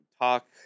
talk